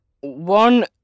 One